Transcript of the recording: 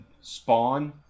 spawn